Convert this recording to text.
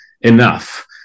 enough